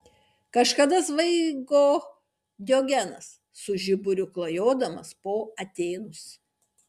kažkada svaigo diogenas su žiburiu klajodamas po atėnus